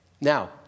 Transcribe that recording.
Now